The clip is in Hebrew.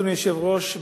אדוני היושב-ראש,